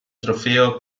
trofeo